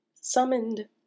Summoned